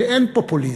שאין פופוליזם.